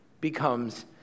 becomes